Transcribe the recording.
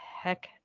Heck